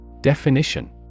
Definition